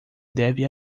deve